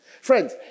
Friends